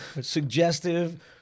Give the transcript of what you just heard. Suggestive